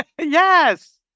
Yes